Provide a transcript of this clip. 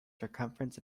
circumference